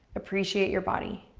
appreciate your body